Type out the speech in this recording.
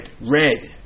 red